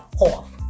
off